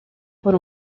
por